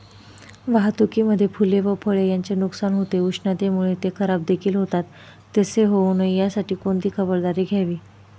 वाहतुकीमध्ये फूले व फळे यांचे नुकसान होते, उष्णतेमुळे ते खराबदेखील होतात तसे होऊ नये यासाठी कोणती खबरदारी घ्यावी?